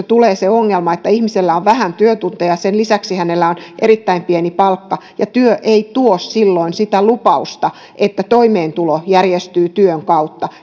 tulee se ongelma että ihmisellä on vähän työtunteja ja sen lisäksi hänellä on erittäin pieni palkka ja työ ei täytä silloin sitä lupausta että toimeentulo järjestyy työn kautta